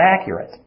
accurate